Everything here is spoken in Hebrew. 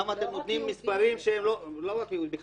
למה אתם נותנים מספרים שהם לא -- לא רק יהודים.